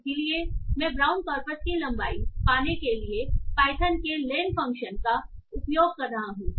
इसलिए मैं Brown corpus की लंबाई पाने के लिए पाइथन के लेन फ़ंक्शन का उपयोग कर रहा हूं